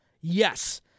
yes